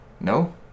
No